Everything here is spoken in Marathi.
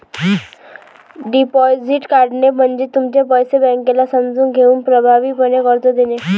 डिपॉझिट काढणे म्हणजे तुमचे पैसे बँकेला समजून घेऊन प्रभावीपणे कर्ज देणे